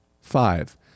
Five